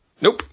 Nope